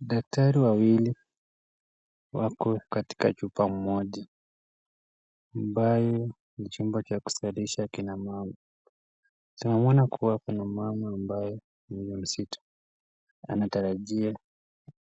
Daktari wawili wako katika nyumba moja, ambayo ni chumba cha kusalisha wakina mama. Tunaona kuwa kuna mama mja msito anatarajia